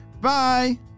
Bye